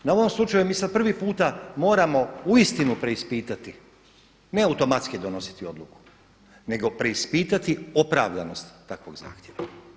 Na ovom slučaju mi sada prvi puta moramo uistinu preispitati ne automatski donositi odluku nego preispitati opravdanost takvog zahtjeva.